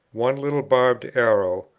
one little barbed arrow,